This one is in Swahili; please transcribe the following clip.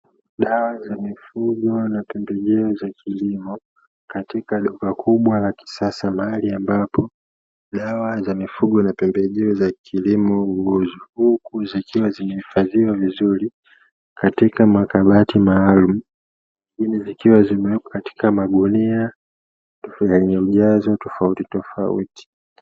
Dawa za mifugo na pembejeo za kilimo katika duka kubwa la kisasa mahari ambapo dawa za mifugo za pembejeo za kilimo huuzwa, huku zikiwa zimehifadhiwa vizuri katika makabati maalumu huku zikiwa zimewekwa katika magunia yenye ujazo tofautitofauti .